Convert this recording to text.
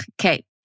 Okay